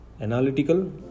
analytical